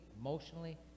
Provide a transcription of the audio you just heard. emotionally